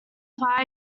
fire